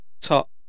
top